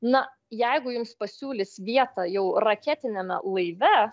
na jeigu jums pasiūlys vietą jau raketiniame laive